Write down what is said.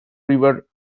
river